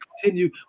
continue